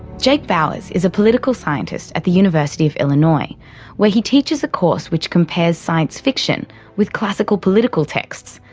jake bowers is a political scientist at the university of illinois where he teaches a course which compares science fiction with classical political texts,